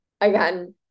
Again